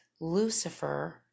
Lucifer